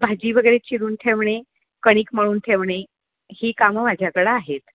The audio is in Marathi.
भाजी वगैरे चिरून ठेवणे कणिक मळून ठेवणे ही कामं माझ्याकडं आहेत